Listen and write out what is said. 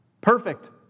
perfect